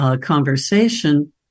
conversation